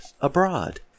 abroad